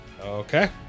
Okay